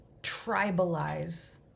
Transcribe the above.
tribalize